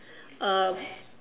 uh